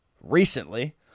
recently